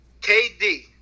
KD